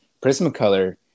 Prismacolor